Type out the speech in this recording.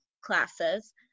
classes